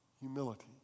Humility